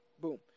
Boom